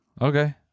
Okay